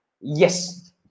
Yes